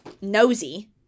nosy